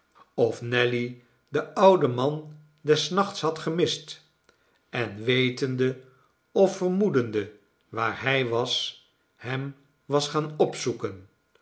of nelly den ouden man des nachts had gemist en wetende ofvermoedende waar hij was hem was gaan opzoeken